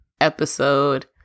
episode